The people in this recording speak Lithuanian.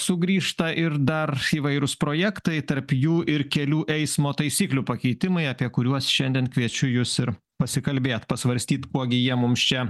sugrįžta ir dar įvairūs projektai tarp jų ir kelių eismo taisyklių pakeitimai apie kuriuos šiandien kviečiu jus ir pasikalbėt pasvarstyt kuo gi jie mums čia